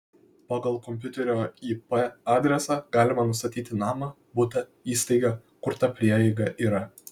pagal kompiuterio ip adresą galima nustatyti namą butą įstaigą kur ta prieiga yra